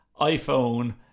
iPhone